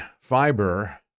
fiber